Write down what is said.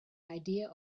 idea